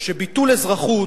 שביטול אזרחות,